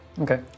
Okay